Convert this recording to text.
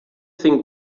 think